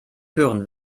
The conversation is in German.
hören